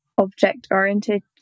object-oriented